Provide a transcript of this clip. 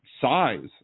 size